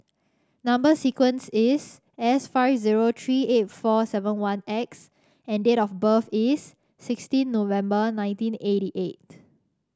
number sequence is S five zero three eight four seven one X and date of birth is sixteen November nineteen eighty eight